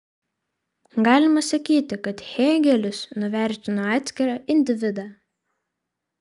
galima sakyti kad hėgelis nuvertino atskirą individą